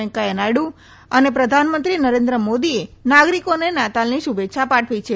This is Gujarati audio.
વેંકૈયા નાથડુ અને પ્રધાનમંત્રી નરેન્દ્ર મોદીએ નાગરિકોના નાતાલની શુભેચ્છા પાઠવી છે